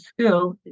school